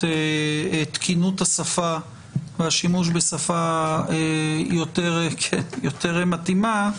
תקינות השפה והשימוש בשפה יותר מתאימה,